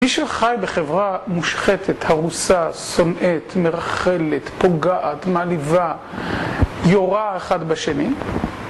מי שחי בחברה מושחתת, הרוסה, שונאת, מרכלת, פוגעת, מעליבה, יורה אחת בשני